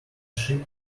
ship